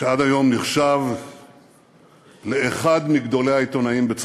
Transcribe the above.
שעד היום נחשב לאחד מגדולי העיתונאים בצרפת.